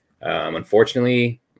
unfortunately